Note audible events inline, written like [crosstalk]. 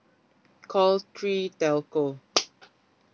call three telco [noise]